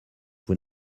vous